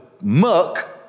muck